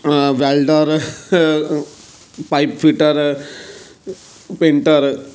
welder pipe fitter painter